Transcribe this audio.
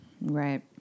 right